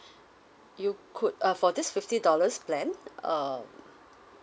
you could uh for this fifty dollars plan um